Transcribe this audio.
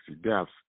deaths